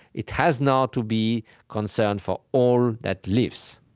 it has now to be concerned for all that lives